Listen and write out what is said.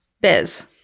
Biz